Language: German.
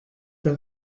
der